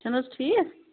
چھُنہٕ حظ ٹھیٖک